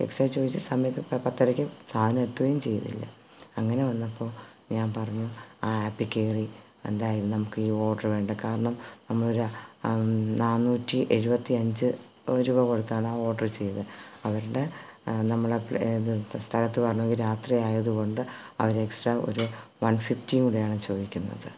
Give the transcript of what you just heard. extra ചോദിച്ച സമയത്ത് പ പത്തരയ്ക്ക് സാധനം എത്തുകയും ചെയ്തില്ല അങ്ങനെ വന്നപ്പോൾ ഞാൻ പറഞ്ഞു ആ ആപ്പിൽ കയറി എന്തായാലും നമുക്ക് ഈ ഓർഡർ വേണ്ട കാരണം നമ്മൾ ഒരു നാനൂറ്റി എഴുപത്തഞ്ച് രൂപ കൊടുത്താണ് ആ ഓഡർ ചെയ്തത് അവരുടെ നമ്മളാ ഇത് സ്ഥലത്ത് വന്നത് രാത്രി ആയതുകൊണ്ട് അവർ എക്സ്ട്രാ ഒരു വൺ ഫിഫ്റ്റി കൂടെയാണ് ചോദിക്കുന്നത്